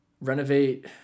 renovate